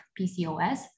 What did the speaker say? PCOS